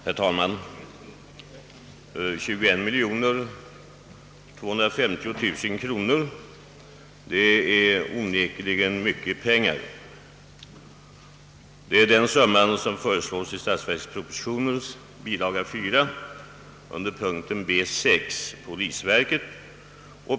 Herr talman! 21250 000 kronor är onekligen mycket pengar. Det är den summa som föreslås i statsverkspropositionens bilaga 4 under punkten B 6.